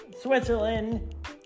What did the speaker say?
Switzerland